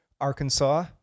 Arkansas